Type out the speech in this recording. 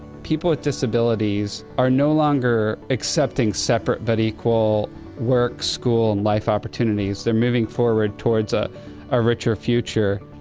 people with disabilities are no longer accepting separate but equal work, school, and life opportunities. they're moving forward towards ah a richer future,